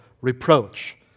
reproach